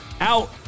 Out